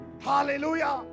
Hallelujah